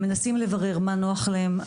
אנחנו מנסים לברר מה נוח להם,